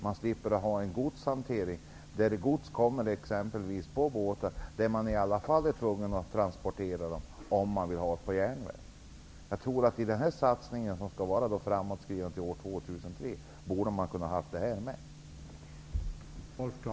Man skulle slippa ha en godshantering som innebär att gods kommer t.ex. med båt, men man måste ändå transportera det om man vill ha det på järnväg. Jag tycker att i den satsning som skall göras fram till år 2003 borde detta ha varit med.